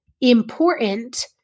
important